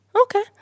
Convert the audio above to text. Okay